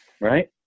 Right